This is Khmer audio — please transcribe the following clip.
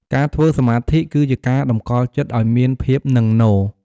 ការធ្វើសមាធិ គឺជាការតម្កល់ចិត្តឲ្យមានភាពនឹងនរ។